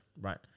right